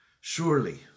Surely